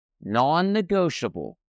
non-negotiable